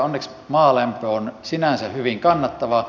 onneksi maalämpö on sinänsä hyvin kannattavaa